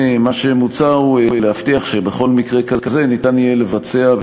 מה שמוצע הוא להבטיח שבכל מקרה כזה ניתן יהיה לבצע,